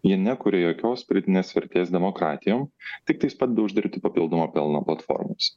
jie nekuria jokios pridėtinės vertės demokratijom tiktais padeda uždirbti papildomo pelno platformoms